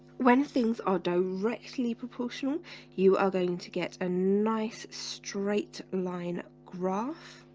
when things are directly proportional you are going to get a nice straight line graph